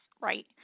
right